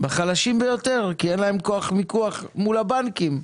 בחלשים ביותר, כי אין להם כוח מיקוח מול הבנקים.